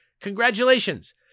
congratulations